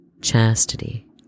chastity